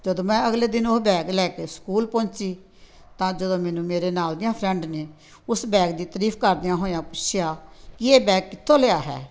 ਜਦੋਂ ਮੈਂ ਅਗਲੇ ਦਿਨ ਉਹ ਬੈਗ ਲੈ ਕੇ ਸਕੂਲ ਪਹੁੰਚੀ ਤਾਂ ਜਦੋਂ ਮੈਨੂੰ ਮੇਰੇ ਨਾਲ ਦੀਆਂ ਫਰੈਂਡ ਨੇ ਉਸ ਬੈਗ ਦੀ ਤਰੀਫ਼ ਕਰਦਿਆਂ ਹੋਇਆ ਪੁੱਛਿਆ ਇਹ ਬੈਗ ਕਿੱਥੋਂ ਲਿਆ ਹੈ